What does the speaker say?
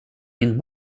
min